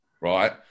right